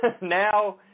Now